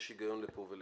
יש היגיון לפה ולפה.